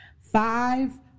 five